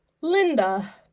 Linda